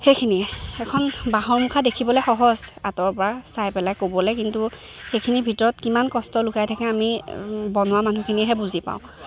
সেইখিনিয়ে এখন বাঁহৰ মুুখা দেখিবলৈ সহজ আঁতৰপৰা চাই পেলাই ক'বলৈ কিন্তু সেইখিনিৰ ভিতৰত কিমান কষ্ট লুকাই থাকে আমি বনোৱা মানুহখিনিয়হে বুজি পাওঁ